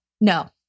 no